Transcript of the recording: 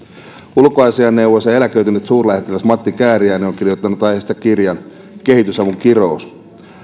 ulkoasiainneuvos ja eläköitynyt suurlähettiläs matti kääriäinen on kirjoittanut aiheesta kirjan kehitysavun kirous